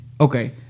Okay